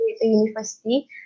university